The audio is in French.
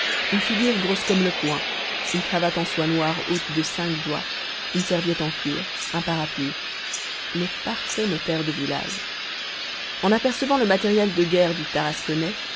une figure grosse comme le poing une cravate en soie noire haute de cinq doigts une serviette en cuir un parapluie le parfait notaire de village en apercevant le matériel de guerre du tarasconnais